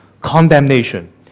condemnation